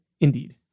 indeed